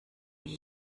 die